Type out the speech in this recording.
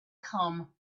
come